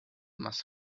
must